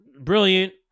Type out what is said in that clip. brilliant